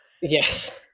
Yes